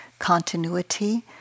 continuity